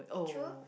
true